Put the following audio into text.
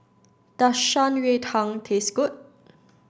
does Shan Rui Tang taste good